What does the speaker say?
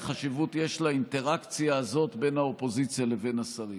חשיבות יש לאינטראקציה הזאת בין האופוזיציה לבין השרים.